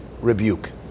rebuke